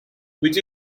which